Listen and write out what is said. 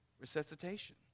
resuscitation